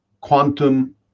quantum